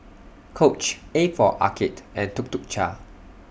Coach A For Arcade and Tuk Tuk Cha